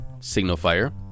SignalFire